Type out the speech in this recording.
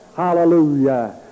Hallelujah